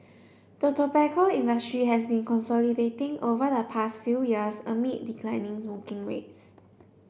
the tobacco industry has been consolidating over the past few years amid declining smoking rates